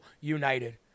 united